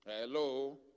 Hello